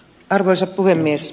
arvoisa puhemies